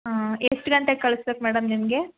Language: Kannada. ಆಂ ಎಷ್ಟು ಗಂಟೆಗೆ ಕಳ್ಸ್ಬೇಕು ಮೇಡಮ್ ನಿಮಗೆ